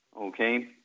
Okay